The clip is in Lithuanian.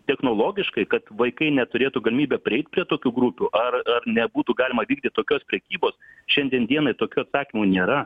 technologiškai kad vaikai neturėtų galimybę prieit prie tokių grupių ar nebūtų galima vykdyt tokios prekybos šiandien dienai tokių atsakymų nėra